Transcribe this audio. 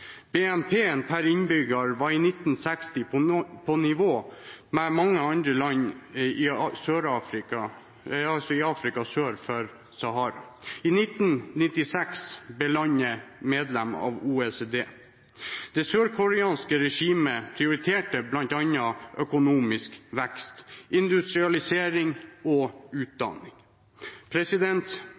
BNP per innbygger var i 1960 på nivå med mange land i Afrika sør for Sahara. I 1996 ble landet medlem av OECD. Det sørkoreanske regimet prioriterte bl.a. økonomisk vekst, industrialisering og utdanning.